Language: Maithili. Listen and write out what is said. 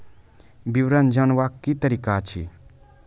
विवरण जानवाक की तरीका अछि?